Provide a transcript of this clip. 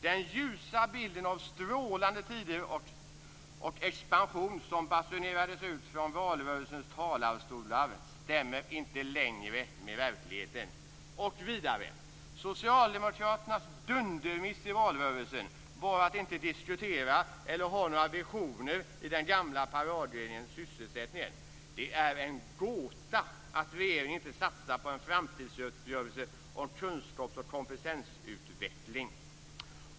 Den ljusa bilden av strålande tider och expansion som basunerades ut från valrörelsens talarstolar stämmer inte längre med verkligheten." Det står vidare: "Socialdemokraternas dundermiss i valrörelsen var att inte diskutera eller ha några visioner i den gamla paradgrenen: sysselsättningen. Det är en gåta att regeringen inte satsar på en framtidsuppgörelse om kunskaps och kompetensutveckling.